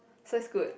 so it's good